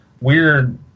weird